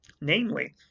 Namely